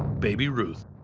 baby ruth,